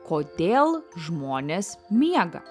kodėl žmonės miega